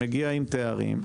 שמגיע עם תארים,